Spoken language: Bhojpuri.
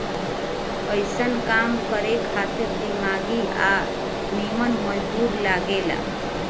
अइसन काम करे खातिर दिमागी आ निमन मजदूर लागे ला